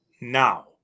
now